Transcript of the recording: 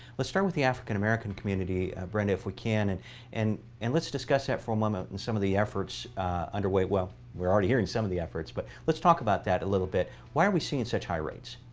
let's start with the african-american community, brenda, if we can, and and and let's discuss that for a moment, and some of the efforts underway well, we're already hearing some of the efforts. but let's talk about that a little bit. why are we seeing such high rates?